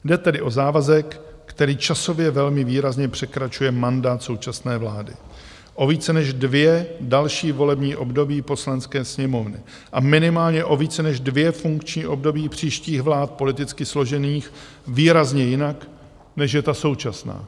Jde tedy o závazek, který časově velmi výrazně překračuje mandát současné vlády o více než dvě další volební období Poslanecké sněmovny a minimálně o více než dvě funkční období příštích vlád, politicky složených výrazně jinak, než je ta současná.